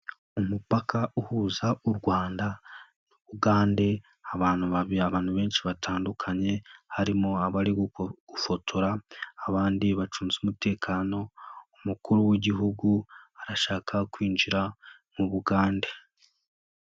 Umupaka uhuza u Rwanda n'u Bugande, abantu abantu benshi batandukanye ,harimo abarigufotora, abandi bacunze umutekano ,umukuru w'igihugu arashaka kwinjira mu Bugande.